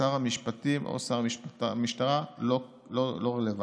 שר המשפטים או שר המשטרה לא רלוונטיים.